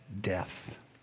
death